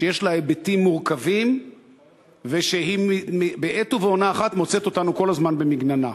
שיש לה היבטים מורכבים והיא בעת ובעונה אחת מוצאת אותנו כל הזמן במגננה.